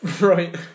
Right